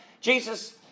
Jesus